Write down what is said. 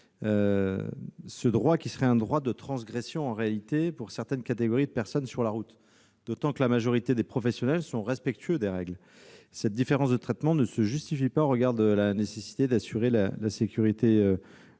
serait en réalité un droit de transgression pour certaines catégories de personnes sur la route, d'autant que la majorité des professionnels sont respectueux des règles. Cette différence de traitement ne se justifie pas au regard de la nécessité d'assurer la sécurité routière.